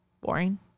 Boring